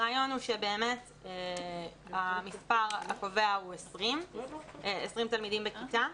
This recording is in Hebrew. הרעיון הוא שהמספר הקובע הוא 20 תלמידים בכיתה.